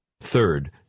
Third